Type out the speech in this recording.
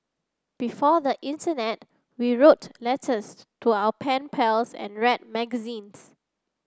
before the internet we wrote letters to our pen pals and read magazines